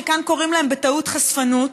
שכאן קוראים להם בטעות חשפנות.